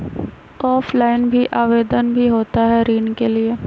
Offline भी आवेदन भी होता है ऋण के लिए?